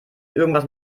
irgendwas